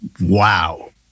wow